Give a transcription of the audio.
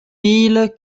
mille